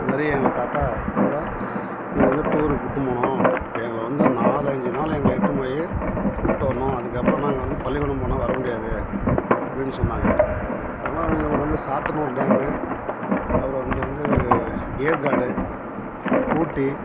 இந்தமாதிரி எங்கள் தாத்தா அதுபோல நீங்கள் வந்து டூருக்கு கூட்டுபோகணும் எங்களை வந்து நாலஞ்சி நாள் எங்களை இட்னுபோய் கூப்பிடு வரணும் அதுக்கப்புறம் நாங்கள் வந்து பள்ளிக்கூடம் போனால் வரமுடியாது அப்படினு சொன்னாங்க அதெல்லாம் எங்களுக்கு வந்து சாத்தனூர் டேமு அப்புறம் இங்கே வந்து ஏற்காடு ஊட்டி